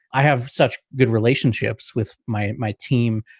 i have such good relationships with my my team,